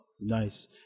Nice